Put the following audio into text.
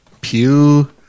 Pew